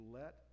let